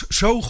zo